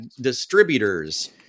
distributors